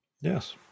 Yes